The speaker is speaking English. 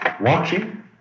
watching